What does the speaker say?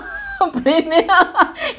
premier